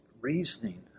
reasoning